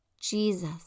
Jesus